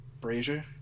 Brazier